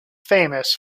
famous